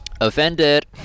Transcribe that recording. offended